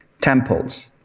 temples